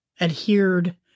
adhered